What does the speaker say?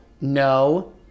No